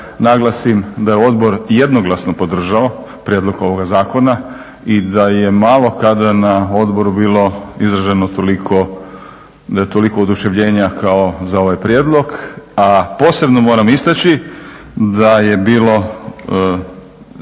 naglasim da je odbor jednoglasno podržao prijedlog ovoga zakona i da je malo kada na odboru bilo izraženo toliko oduševljenja kao za ovaj prijedlog. A posebno moram istaći da svi